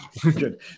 good